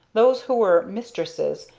those who were mistresses,